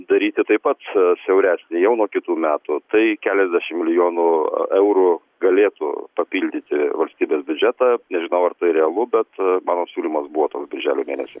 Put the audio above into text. daryti taip pat siauresnį jau nuo kitų metų tai keliasdešimt milijonų eurų galėtų papildyti valstybės biudžetą nežinau ar tai realu bet mano siūlymas buvo toks birželio mėnesį